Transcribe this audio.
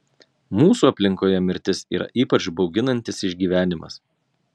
mūsų aplinkoje mirtis yra ypač bauginantis išgyvenimas